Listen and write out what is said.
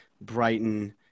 Brighton